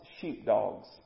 sheepdogs